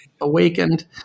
awakened